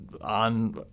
on –